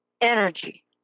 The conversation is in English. energy